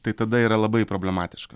tai tada yra labai problematiška